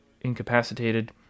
incapacitated